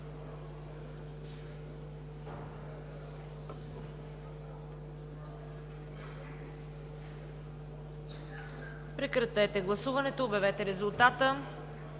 Прекратете гласуването и обявете резултата.